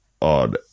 on